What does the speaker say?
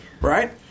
Right